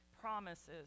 promises